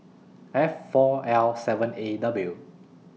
F four L seven A W